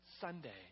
Sunday